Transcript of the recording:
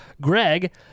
Greg